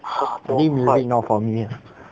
maybe because not for me ah